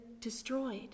destroyed